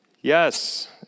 Yes